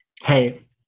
hey